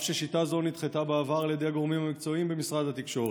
אף ששיטה זאת נדחתה בעבר על ידי הגורמים המקצועיים במשרד התקשורת."